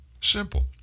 Simple